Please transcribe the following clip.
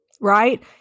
right